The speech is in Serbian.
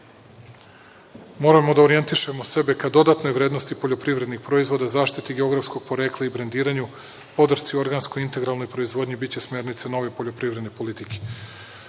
Moramo da orijentišemo sebe ka dodatnoj vrednosti poljoprivrednih proizvoda, zaštiti geografskog porekla i brendiranju, podršci organskoj i integralnoj proizvodnji - biće smernice nove poljoprivredne politike. Cilj